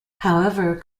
however